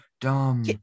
dumb